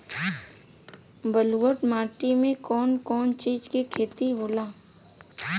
ब्लुअट माटी में कौन कौनचीज के खेती होला?